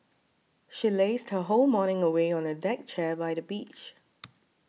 she lazed her whole morning away on a deck chair by the beach